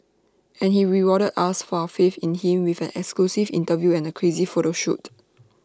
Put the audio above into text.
and he rewarded us for our faith in him with an exclusive interview and crazy photo shoot